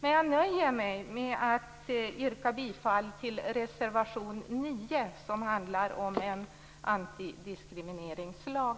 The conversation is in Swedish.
Men jag nöjer mig med att yrka bifall till reservation 9, som gäller en antidiskrimineringslag.